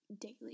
daily